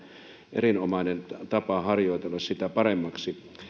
erinomainen tapa harjoitella paremmaksi ajajaksi